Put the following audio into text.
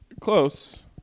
Close